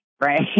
right